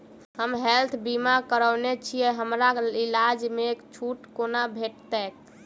हम हेल्थ बीमा करौने छीयै हमरा इलाज मे छुट कोना भेटतैक?